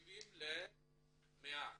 מ-70 ל-100?